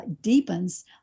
deepens